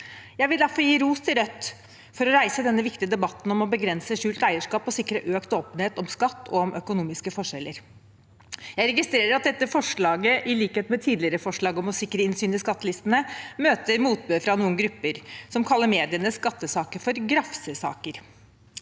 Jeg vil derfor gi ros til Rødt for å reise denne viktige debatten om å begrense skjult eierskap og sikre økt åpenhet om skatt og økonomiske forskjeller. Jeg registrerer at dette forslaget, i likhet med tidligere forslag om å sikre innsyn i skattelistene, møter motbør fra noen grupper som kaller medienes skattesaker for grafsesaker.